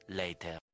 later